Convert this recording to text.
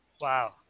Wow